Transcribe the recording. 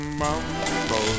mumbo